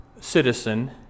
citizen